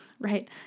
right